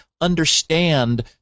understand